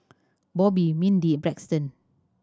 Bobbi Mindi Braxton